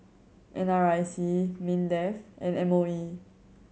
N R I C MINDEF and M O E